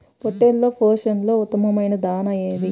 పొట్టెళ్ల పోషణలో ఉత్తమమైన దాణా ఏది?